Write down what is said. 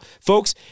Folks